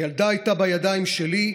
הילדה הייתה בידיים שלי.